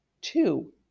Two